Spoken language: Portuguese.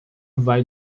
vai